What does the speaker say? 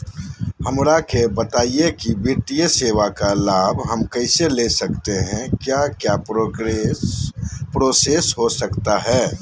हमरा के बताइए की वित्तीय सेवा का लाभ हम कैसे ले सकते हैं क्या क्या प्रोसेस हो सकता है?